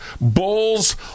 bulls